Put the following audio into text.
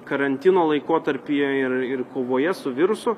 karantino laikotarpyje ir ir kovoje su virusu